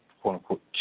quote-unquote